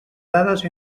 dades